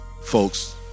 folks